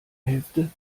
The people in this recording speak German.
hälfte